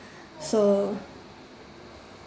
so